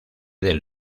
del